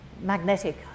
magnetic